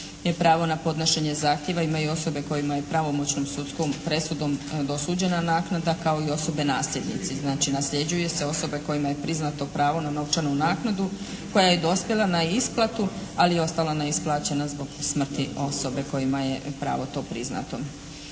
pravo na podnošenje zahtjeva imaju osobe kojima je pravomoćnom sudskom presudom dosuđena naknada kao i osobe nasljednici. Znači nasljeđuje se, osobe kojima je priznato pravo na novčanu naknadu koja je dospjela na isplatu ali je ostala neisplaćena zbog smrti osobe kojima je pravo to priznato.